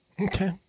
Okay